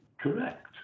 correct